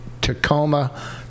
Tacoma